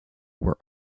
were